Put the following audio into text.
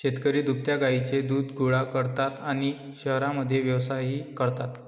शेतकरी दुभत्या गायींचे दूध गोळा करतात आणि शहरांमध्ये व्यवसायही करतात